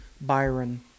Byron